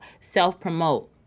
Self-promote